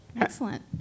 Excellent